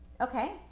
Okay